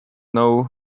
know